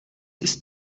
ist